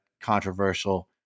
controversial